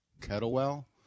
Kettlewell